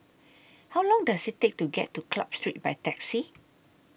How Long Does IT Take to get to Club Street By Taxi